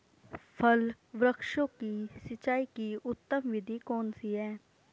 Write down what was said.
फल वृक्षों की सिंचाई की उत्तम विधि कौन सी है?